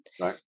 right